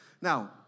Now